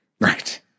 Right